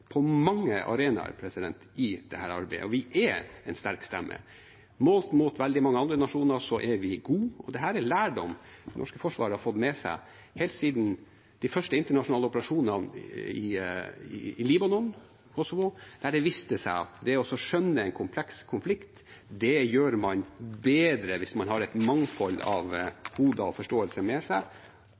på mange arenaer i dette arbeidet. Og vi er en sterk stemme. Målt mot veldig mange andre nasjoner er vi gode. Dette er lærdom det norske forsvaret har fått med seg helt siden de første internasjonale operasjonene i Libanon og Kosovo, der det viste seg at det å skjønne en kompleks konflikt gjør man bedre hvis man har et mangfold av koder og forståelser med seg.